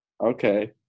Okay